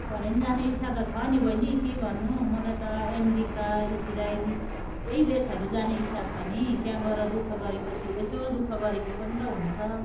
foreign जाने इच्छा त छ नि बहिनी के गर्नु मलाई त अमेरिका इजराइल यही देशहरू जाने इच्छा छ नि त्यहाँ गएर दु ख गरे पछि यसो दु ख गरेको पनि त हुन्छ